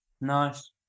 Nice